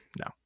No